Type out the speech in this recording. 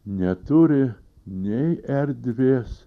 neturi nei erdvės